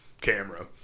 camera